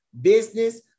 business